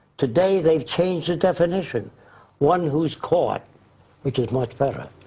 today, they've changed the definition one who's caught which is much better.